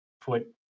put